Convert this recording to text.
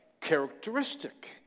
characteristic